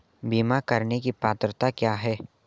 बीमा करने की पात्रता क्या है?